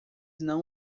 não